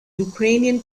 ukrainian